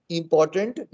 important